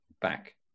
back